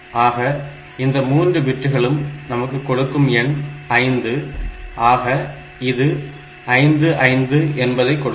ஆக இந்த 3 பிட்டுகளும் நமக்கு கொடுக்கும் எண் 5 ஆக இது 55 என்பதை கொடுக்கும்